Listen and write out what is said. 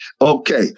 Okay